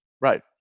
Right